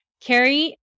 Carrie